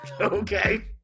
Okay